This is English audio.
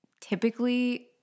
typically